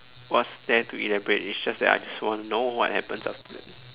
what's there to elaborate it's just that I just want to know what happens after death